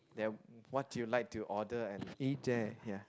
that what you like to order and eat there ya